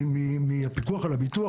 מהפיקוח על הביטוח,